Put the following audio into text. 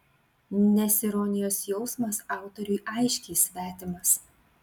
nes ironijos jausmas autoriui aiškiai svetimas